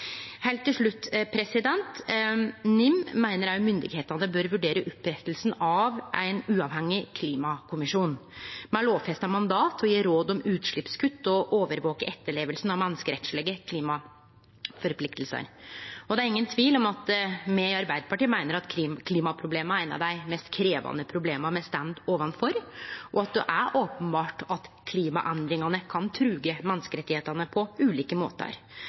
Heilt til slutt: NIM meiner òg myndigheitene bør vurdere oppretting av ein uavhengig klimakommisjon med lovfesta mandat til å gje råd om utsleppskutt og til å overvake etterlevinga av menneskerettslege klimaforpliktingar. Det er ingen tvil om at me i Arbeidarpartiet meiner at klimaproblema er eit av dei mest krevjande problema me står overfor, og at det er openbert at klimaendringane kan truge menneskerettane på ulike måtar.